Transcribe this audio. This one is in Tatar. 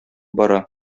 бара